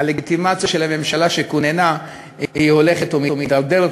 הלגיטימציה של הממשלה שכוננה הולכת ומידרדרת,